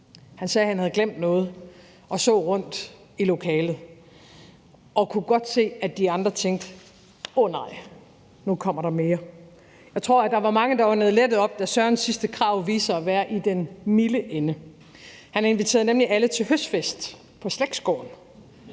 Han sagde, han havde glemt noget, og så rundt i lokalet, og han kunne godt se, at de andre tænkte: Åh nej, nu kommer der mere. Jeg tror, der var mange, der åndede lettet op, da Sørens sidste krav viste sig at være i den milde ende. Han inviterede nemlig alle til høstfest på slægtsgården,